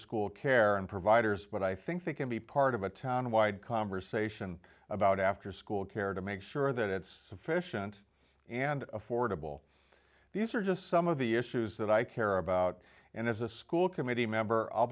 school care providers but i think they can be part of a town wide conversation about afterschool care to make sure that it's fissioned and affordable these are just some of the issues that i care about and as a school committee member i'll